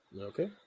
Okay